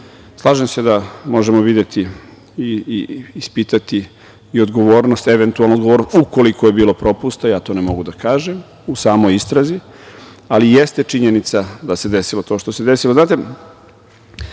se da možemo videti i ispitati i odgovornost, eventualnu odgovornost, ukoliko je bilo propusta, ja to ne mogu da kažem, u samoj istrazi, ali jeste činjenica da se desilo to što se desilo. Znate,